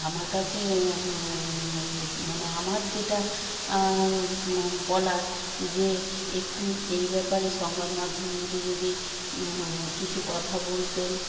আমার কাছে মানে আমার যেটা বলার যে একটু এই ব্যাপারে সংবাদমাধ্যমগুলি যদি কিছু কথা বলতেন